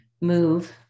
move